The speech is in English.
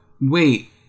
wait